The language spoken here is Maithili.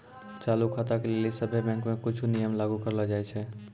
चालू खाता के लेली सभ्भे बैंको मे कुछो नियम लागू करलो जाय छै